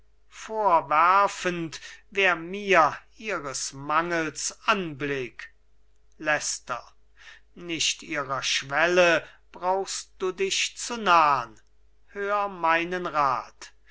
vorwerfend wär mir ihres mangels anblick leicester nicht ihrer schwelle brauchst du dich zu nahn hör meinen rat